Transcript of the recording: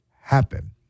happen